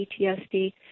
PTSD